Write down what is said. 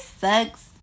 sucks